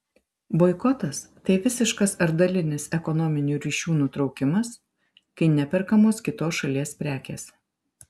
boikotas tai visiškas ar dalinis ekonominių ryšių nutraukimas kai neperkamos kitos šalies prekės